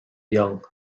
young